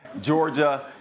Georgia